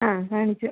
ആ കാണിച്ചു